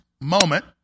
moment